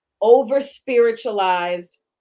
over-spiritualized